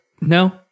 No